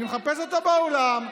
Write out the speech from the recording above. אני מחפש אותו באולם,